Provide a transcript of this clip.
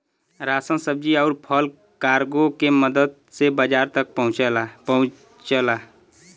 ration सब्जी आउर फल कार्गो के मदद से बाजार तक पहुंचला